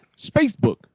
Spacebook